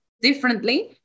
differently